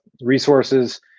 resources